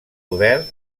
poder